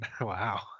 wow